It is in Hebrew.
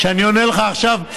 אני עונה לך עכשיו.